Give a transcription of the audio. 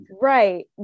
right